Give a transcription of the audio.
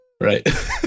Right